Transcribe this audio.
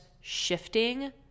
shifting